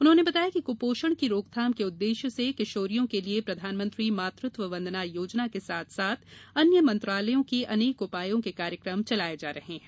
उन्होंने बताया कि कुपोषण की रोकथाम के उद्देश्य से किशोरियों के लिए प्रधानमंत्री मातृत्व वंदना योजना के साथ साथ अन्य मंत्रालयों के अनेक उपायों के कार्यक्रम चलाए जा रहे हैं